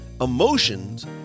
emotions